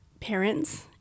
parents